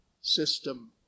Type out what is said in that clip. system